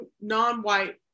non-white